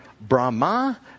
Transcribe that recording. Brahma